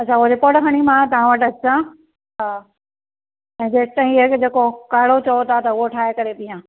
अच्छा रिपोर्ट खणी मां तव्हां वटि अचां हा ऐं जेसि ताईं इहो जेको काढ़ो चओ था त उहो ठाहे करे पियां